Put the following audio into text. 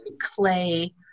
clay